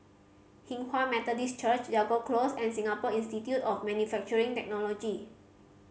Hinghwa Methodist Church Jago Close and Singapore Institute of Manufacturing Technology